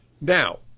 Now